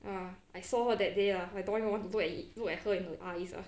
err I saw her that day ah I don't even want to look at her in the eyes ah